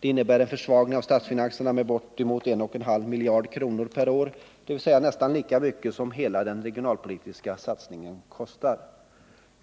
Det innebär en försvagning av statsfinanserna med bortemot 1,5 miljarder per år, dvs. nästan lika mycket som hela den regionalpolitiska satsningen kostar.